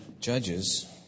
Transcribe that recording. Judges